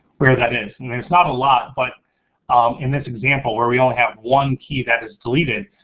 where that is. and there's not a lot but in this example, where we only have one key that is deleted,